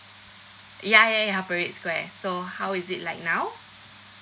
ya ya ya parade square so how is it like now